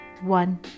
one